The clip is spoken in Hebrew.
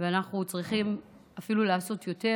ואנחנו צריכים אפילו לעשות יותר,